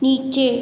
नीचे